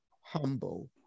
humble